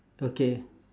okay